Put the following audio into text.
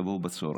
תבואו בצוהריים.